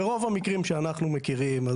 ברוב המקרים שאנחנו מכירים.